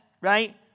right